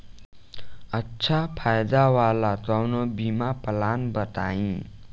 अच्छा फायदा वाला कवनो बीमा पलान बताईं?